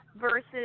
versus